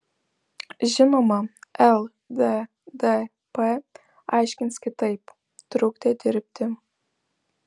žinoma lddp aiškins kitaip trukdė dirbti